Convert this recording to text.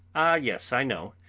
ah yes, i know,